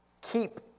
Keep